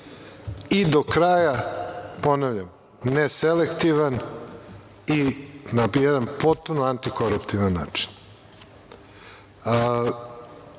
i do kraja ponavljam, ne selektivan i na jedan potpuno antikoruptivan način. Ja